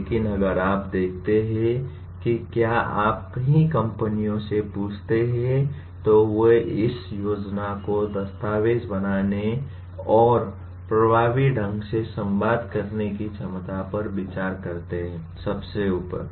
लेकिन अगर आप देखते हैं कि क्या आप कई कंपनियों से पूछते हैं तो वे इस योजना को दस्तावेज़ बनाने और प्रभावी ढंग से संवाद करने की क्षमता पर विचार करते हैं - सबसे ऊपर